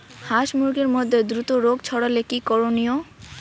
হাস মুরগির মধ্যে দ্রুত রোগ ছড়ালে কি করণীয়?